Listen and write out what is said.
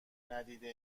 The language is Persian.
ندیده